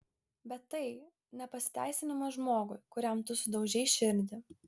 bet tai ne pasiteisinimas žmogui kuriam tu sudaužei širdį